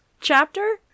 chapter